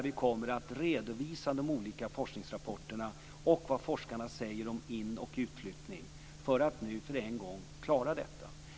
Vi kommer då att redovisa de olika forskningsrapporterna och vad forskarna säger om in och utflyttning för att klargöra detta.